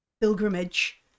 pilgrimage